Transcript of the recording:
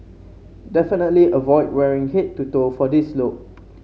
definitely avoid wearing head to toe for this look